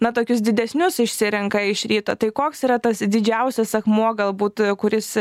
na tokius didesnius išsirenka iš ryto tai koks yra tas didžiausias akmuo galbūt kuris